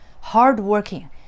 hardworking